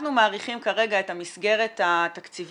אנחנו מעריכים כרגע את המסגרת התקציבית